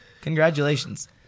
Congratulations